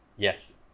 Yes